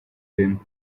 them